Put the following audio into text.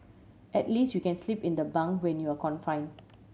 at least you can sleep in the bunk when you're confine